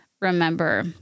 remember